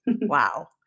Wow